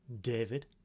David